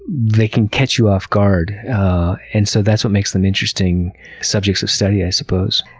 they can catch you off guard and so that's what makes them interesting subjects of study, i suppose.